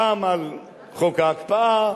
פעם על חוק ההקפאה,